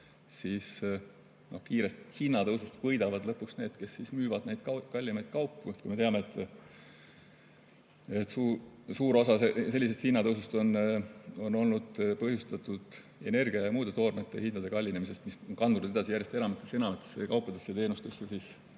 Kiirest hinnatõusust võidavad lõpuks need, kes müüvad kallimaid kaupu. Me teame, et suur osa sellisest hinnatõusust on olnud põhjustatud energia ja muude toormete hindade kallinemisest, mis kanduvad edasi järjest enamatesse ja enamatesse